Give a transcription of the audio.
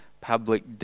public